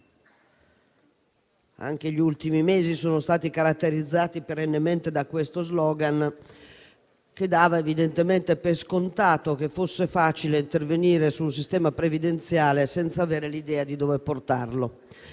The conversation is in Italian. Anche gli ultimi mesi sono stati caratterizzati perennemente da questo *slogan*, che dà evidentemente per scontato che sia facile intervenire sul sistema previdenziale senza avere l'idea di dove portarlo.